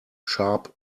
sharp